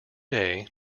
day